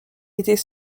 était